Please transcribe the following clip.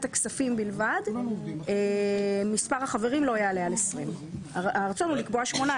הכספים בלבד מספר החברים לא יעלה על 20. הרצון הוא לקבוע 18,